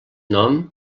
nom